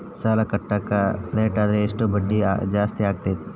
ಸಾಲ ಕಟ್ಟಾಕ ಲೇಟಾದರೆ ಎಷ್ಟು ಬಡ್ಡಿ ಜಾಸ್ತಿ ಆಗ್ತೈತಿ?